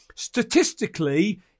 Statistically